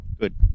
Good